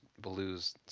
Baloo's